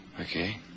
Okay